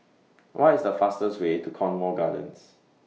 What IS The fastest Way to Cornwall Gardens